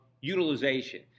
utilization